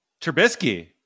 Trubisky